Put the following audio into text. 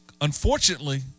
Unfortunately